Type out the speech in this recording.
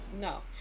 No